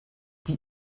die